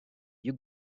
you